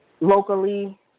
locally